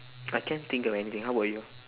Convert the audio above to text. I can't think of anything how about you